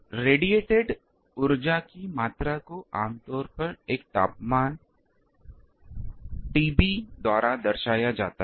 विकिरणित ऊर्जा की मात्रा को आमतौर पर एक बराबर तापमान TB द्वारा दर्शाया जाता है